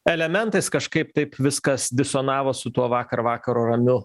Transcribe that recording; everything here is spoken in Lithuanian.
elementais kažkaip taip viskas disonavo su tuo vakar vakaro ramiu